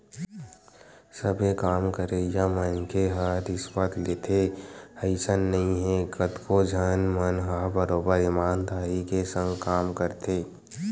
सबे काम करइया मनखे ह रिस्वत लेथे अइसन नइ हे कतको झन मन ह बरोबर ईमानदारी के संग काम करथे